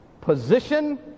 position